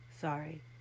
sorry